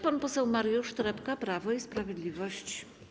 Pan poseł Mariusz Trepka, Prawo i Sprawiedliwość.